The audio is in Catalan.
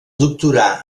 doctorà